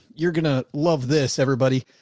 you're going to love this. everybody.